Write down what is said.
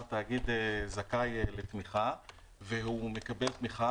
תאגיד זכאי לתמיכה והוא מקבל תמיכה.